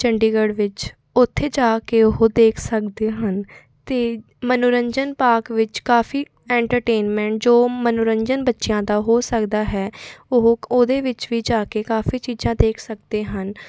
ਚੰਡੀਗੜ੍ਹ ਵਿੱਚ ਉੱਥੇ ਜਾ ਕੇ ਉਹ ਦੇਖ ਸਕਦੇ ਹਨ ਅਤੇ ਮਨੋਰੰਜਨ ਪਾਕ ਵਿੱਚ ਕਾਫੀ ਐਂਟਰਟੇਨਮੈਂਟ ਜੋ ਮਨੋਰੰਜਨ ਬੱਚਿਆਂ ਦਾ ਹੋ ਸਕਦਾ ਹੈ ਉਹ ਉਹਦੇ ਵਿੱਚ ਵੀ ਜਾ ਕੇ ਕਾਫੀ ਚੀਜ਼ਾਂ ਦੇਖ ਸਕਦੇ ਹਨ